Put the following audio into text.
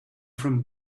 from